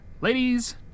Ladies